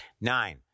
Nine